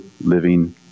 living